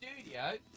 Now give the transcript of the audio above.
studio